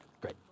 Great